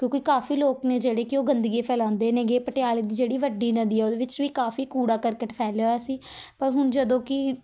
ਕਿਉਂਕਿ ਕਾਫੀ ਲੋਕ ਨੇ ਜਿਹੜੇ ਕਿ ਓਹ ਗੰਦਗੀ ਫੈਲਾਉਂਦੇ ਨੇ ਗੇ ਪਟਿਆਲੇ ਦੀ ਜਿਹੜੀ ਵੱਡੀ ਨਦੀ ਆ ਉਹਦੇ ਵਿੱਚ ਵੀ ਕਾਫੀ ਕੂੜਾ ਕਰਕਟ ਫੈਲਿਆ ਹੋਇਆ ਸੀ ਪਰ ਹੁਣ ਜਦੋਂ ਕਿ